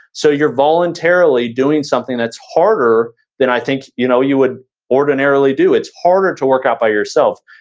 so you're voluntarily doing something that's harder than i think you know you would ordinarily do. it's harder to work out by yourself,